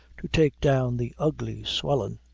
to take down the ugly swellin'.